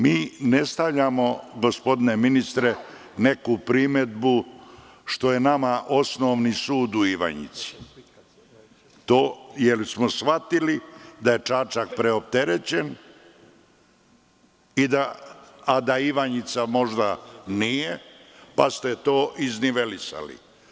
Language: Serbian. Mi ne stavljamo, gospodine ministre, neku primedbu što je nama osnovni sud u Ivanjici, jer smo shvatili da je Čačak preopterećen, a da Ivanjica možda nije, pa ste to iznivelisali.